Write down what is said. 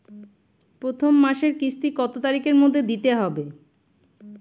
প্রথম মাসের কিস্তি কত তারিখের মধ্যেই দিতে হবে?